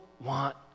want